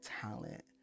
talent